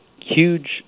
huge